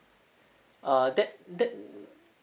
uh that that